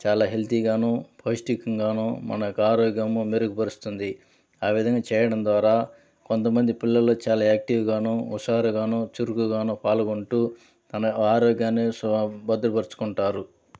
చాలా హెల్తీగాను పౌష్టికంగాను మన యొక్క ఆరోగ్యము మెరుగుపరుస్తుంది ఆ విధంగా చేయడం ద్వారా కొంతమంది పిల్లలు చాలా యాక్టివ్గానూ హుషారుగాను చురుకుగాను పాల్గొంటూ తమ ఆరోగ్యాన్ని భద్రపరుచుకుంటారు